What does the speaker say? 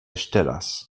ŝtelas